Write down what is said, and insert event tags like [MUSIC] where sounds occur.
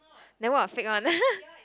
then what fake one [LAUGHS]